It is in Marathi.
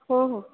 हो हो